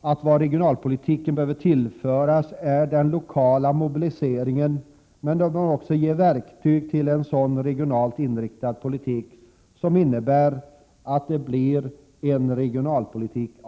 att regionalpolitiken behöver tillföras en lokal mobilisering men även verktyg till en regionalt inriktad politik som innebär att det i realiteten blir en god regionalpolitik.